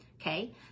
okay